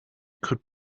could